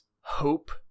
hope